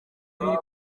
biri